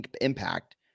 impact